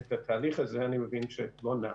ואני מבין שהתהליך הזה לא נעשה.